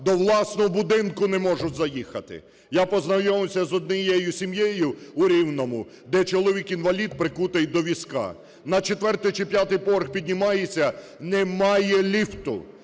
до власного будинку не можуть заїхати. Я познайомився з однією сім'єю у Рівному, де чоловік - інвалід прикутий до візка, на 4-й чи 5 поверх піднімається – немає ліфту.